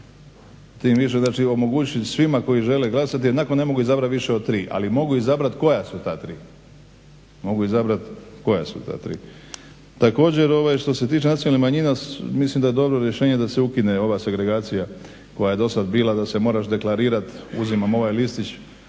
znači omogućiti svima koji žele glasati jer ionako ne mogu izabrat više od tri, ali mogu izabrat koja su ta tri. Također što se tiče nacionalnih manjina mislim da je dobro rješenje da se ukine ova segregacija koja je dosad bila, da se moraš deklarirat uzimam ovaj listić